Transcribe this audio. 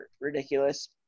ridiculous